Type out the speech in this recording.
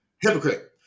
Hypocrite